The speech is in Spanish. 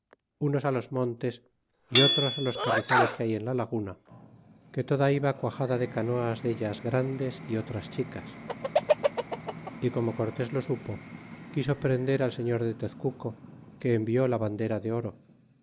unos los montes y otros los carrizales que hay en la laguna que toda iba cuajada de canoas dellas grandes y otras chicas y como cortés lo supo quiso prender al señor de tezcuco que envió la bandera de oro